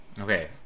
Okay